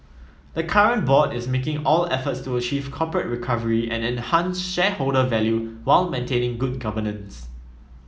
the current board is making all efforts to achieve corporate recovery and enhance shareholder value while maintaining good governance